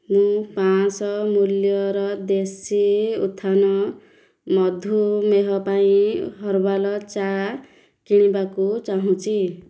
ମୁଁ ପାଞ୍ଚଶହ ମୂଲ୍ୟର ଦେଶୀ ଉତ୍ଥାନ ମଧୁମେହ ପାଇଁ ହର୍ବାଲ୍ ଚା' କିଣିବାକୁ ଚାହୁଁଛି